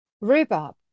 rhubarb